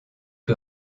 que